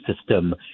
system